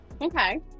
Okay